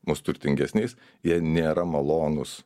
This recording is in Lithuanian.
mus turtingesniais jie nėra malonūs